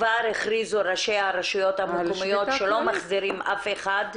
כבר הכריזו ראשי הרשויות המקומיות שלא מחזירים אף אחד,